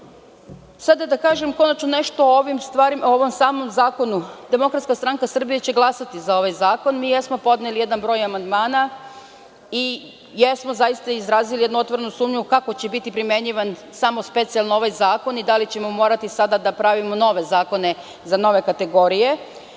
da kažem konačno nešto o samom zakonu. Demokratska stranka Srbije će glasati za ovaj zakon. Podneli smo jedan broj amandmana i jesmo zaista izrazili jednu otvorenu sumnju kako će biti primenjivan samo specijalno ovaj zakon i da li ćemo morati sada da pravimo nove zakone za nove kategorije.S